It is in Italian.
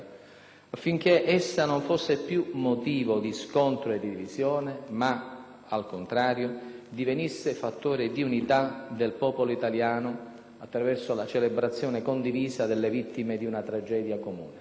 affinché essa non fosse più motivo di scontro e divisione ma, al contrario, divenisse fattore di unità del popolo italiano, attraverso la celebrazione condivisa delle vittime di una tragedia comune.